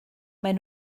maen